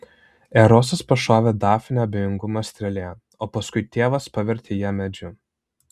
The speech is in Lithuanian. erosas pašovė dafnę abejingumo strėle o paskui tėvas pavertė ją medžiu